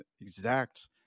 exact